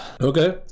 Okay